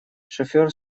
шофер